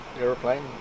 airplane